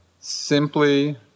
simply